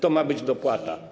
To ma być dopłata.